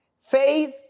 Faith